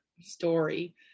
story